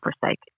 forsake